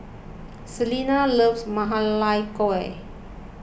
Selena loves Ma Lai Gao